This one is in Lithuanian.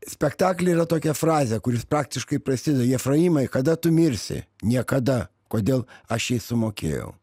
spektakly yra tokia frazė kuris praktiškai prasideda jefraimai kada tu mirsi niekada kodėl aš jį sumokėjau